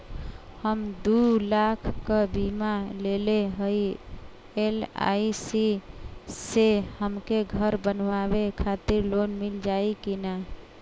हम दूलाख क बीमा लेले हई एल.आई.सी से हमके घर बनवावे खातिर लोन मिल जाई कि ना?